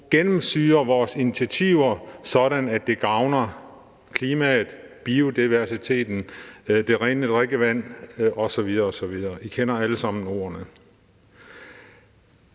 gennemsyre vores initiativer, sådan at det gavner klimaet, biodiversiteten, det rene drikkevand osv. osv. – I kender alle sammen ordene.